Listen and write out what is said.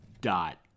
dot